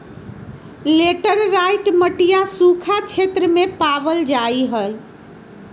laterite मटिया सूखा क्षेत्र में पावल जाहई